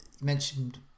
mentioned